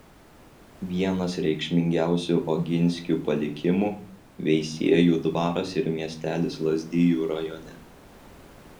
vienas reikšmingiausių oginskių palikimų veisiejų dvaras ir miestelis lazdijų rajone